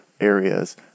areas